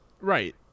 Right